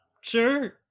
sure